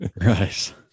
Right